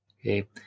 Okay